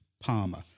Palmer